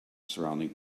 surrounding